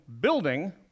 building